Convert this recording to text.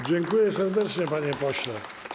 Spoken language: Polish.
Dziękuję serdecznie, panie pośle.